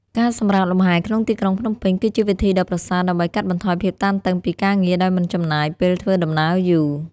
ការសម្រាកលំហែក្នុងទីក្រុងភ្នំពេញ គឺជាវិធីដ៏ប្រសើរដើម្បីកាត់បន្ថយភាពតានតឹងពីការងារដោយមិនចំណាយពេលធ្វើដំណើរយូរ។